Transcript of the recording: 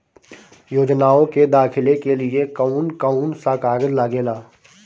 योजनाओ के दाखिले के लिए कौउन कौउन सा कागज लगेला?